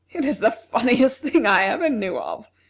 it is the funniest thing i ever knew of!